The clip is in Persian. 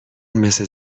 مثل